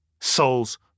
soul's